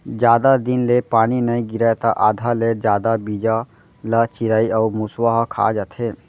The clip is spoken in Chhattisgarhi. जादा दिन ले पानी नइ गिरय त आधा ले जादा बीजा ल चिरई अउ मूसवा ह खा जाथे